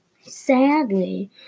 Sadly